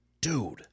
dude